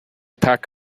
pack